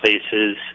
places